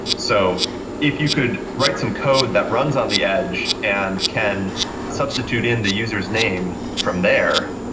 so if you could write some code that runs on the edge and can substitute in the user's name from there,